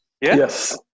Yes